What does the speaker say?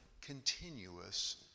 continuous